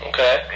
Okay